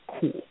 cool